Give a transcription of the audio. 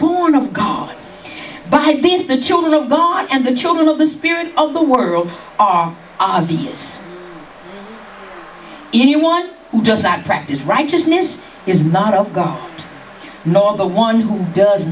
born of god by this the children of god and the children of the spirit of the world are obvious anyone who does that practice righteousness is not a go nor the one who does